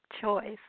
choice